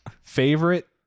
Favorite